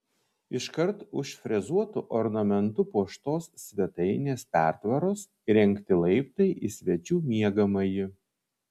iškart už frezuotu ornamentu puoštos svetainės pertvaros įrengti laiptai į svečių miegamąjį